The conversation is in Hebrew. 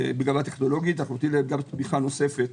גם תמיכה נוספת